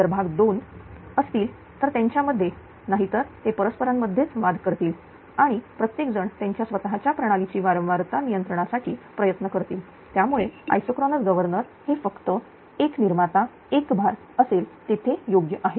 जर 2 भाग असतील तर त्यांच्यामध्ये नाहीतर ते परस्परांमध्ये च वाद करतील आणि प्रत्येक जण त्यांच्या स्वतःच्या प्रणालीची वारंवारता नियंत्रणासाठी प्रयत्न करतील त्यामुळे आइसोक्रोनस गव्हर्नर हे फक्त एक निर्माता एक भार असेल तेथे योग्य आहे